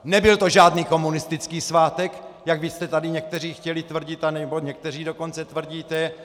Nebyl to žádný komunistický svátek, jak vy jste tady někteří chtěli tvrdit, anebo někteří dokonce tvrdíte.